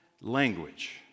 language